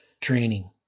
training